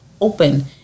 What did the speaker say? open